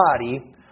body